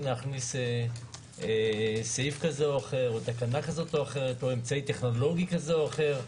להכניס סעיף או תקנה כזו או אחרת או אמצעי טכנולוגי כזה או אחר.